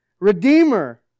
Redeemer